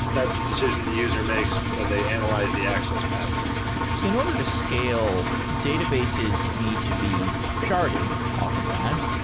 that's a decision the user makes where they analyze the access pattern in order to scale, databases need to be sharded often times.